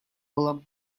было